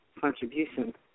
contribution